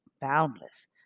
boundless